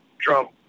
Trump